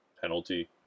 penalty